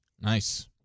Nice